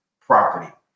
property